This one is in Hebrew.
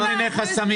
כל מיני חסמים.